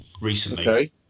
recently